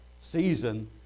season